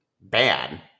bad